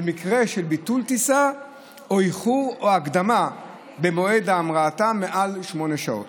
במקרה של ביטול טיסה או איחור או הקדמה במועד המראתה מעל שמונה שעות.